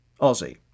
Aussie